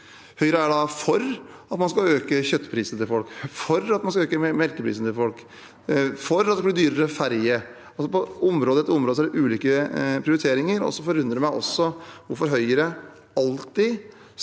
Høyre er for at man skal øke kjøttprisen for folk, de er for at man skal øke melkeprisen for folk, og de er for at det skal bli dyrere ferje. På område etter område er det ulike prioriteringer. Det forundrer meg også hvorfor Høyre alltid